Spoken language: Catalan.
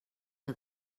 que